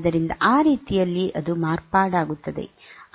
ಆದ್ದರಿಂದ ಆ ರೀತಿಯಲ್ಲಿ ಅದು ಮಾರ್ಪಾಡಾಗುತ್ತದೆ